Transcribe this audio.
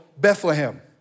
Bethlehem